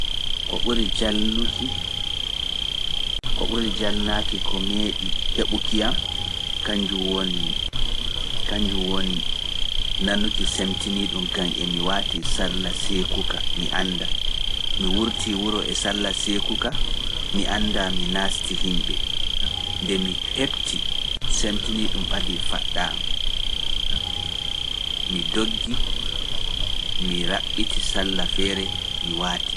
Ko ɓuri jalnaaki ko meeɗi heɓuki am, kanjum woni nanuki semtinii ɗum ngam e mi waati salla seekuka, mi annda, mi wurtii wuro e salla seekuka, mi annda mi naasti himɓe, nde mi heɓti semtinii ɗum ɓadii faɗɗa, mi doggi, mi raɓɓiti salla feere, mi waati.